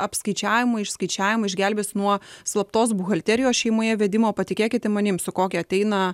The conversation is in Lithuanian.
apskaičiavimo išskaičiavimo išgelbės nuo slaptos buhalterijos šeimoje vedimo patikėkite manimi su kokia ateina